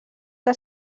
que